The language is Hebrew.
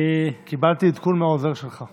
קיבלתי עדכון מהעוזר שלך.